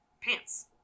Pants